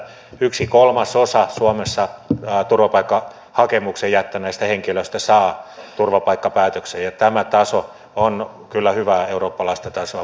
yksi kolmasosa suomessa turvapaikkahakemuksen jättäneistä henkilöistä saa turvapaikkapäätöksen ja tämä taso on kyllä hyvää eurooppalaista tasoa monellakin tavalla